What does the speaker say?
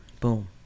Boom